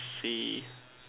see